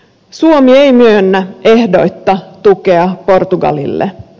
suomi ei myönnä ehdoitta tukea portugalille